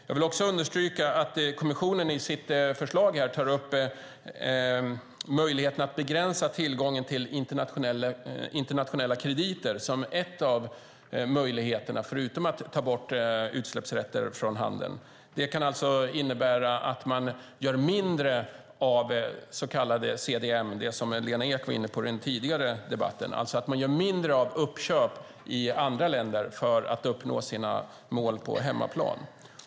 Jag vill också understryka att kommissionen i sitt förslag tar upp möjligheten att begränsa tillgången till internationella krediter som en av möjligheterna, förutom att ta bort utsläppsrätter från handeln. Det kan innebära att man gör mindre av så kallade CDM, som Lena Ek var inne på i den tidigare debatten, det vill säga uppköp man gör i andra länder för att uppnå sina mål på hemmaplan.